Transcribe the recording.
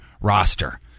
roster